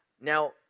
Now